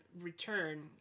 return